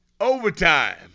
Overtime